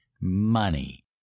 money